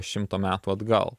šimto metų atgal